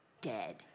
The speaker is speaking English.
dead